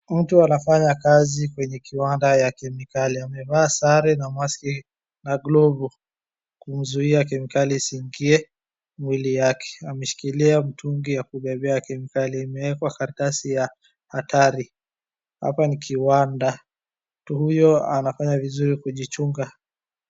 Mtu anafanya kazi kwenye kiwanda ya kemikali. Amevaa sare na maski na glovu kumzuia kemikali isiingie mwili yake. Ameshikilia mtungi ya kubeba kemikali. Imewekwa karatasi ya hatari. Hapa ni kiwanda. Mtu huyo anafanya vizuri kujichunga.